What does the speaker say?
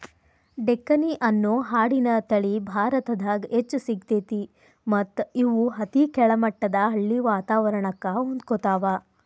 ಡೆಕ್ಕನಿ ಅನ್ನೋ ಆಡಿನ ತಳಿ ಭಾರತದಾಗ್ ಹೆಚ್ಚ್ ಸಿಗ್ತೇತಿ ಮತ್ತ್ ಇವು ಅತಿ ಕೆಳಮಟ್ಟದ ಹಳ್ಳಿ ವಾತವರಣಕ್ಕ ಹೊಂದ್ಕೊತಾವ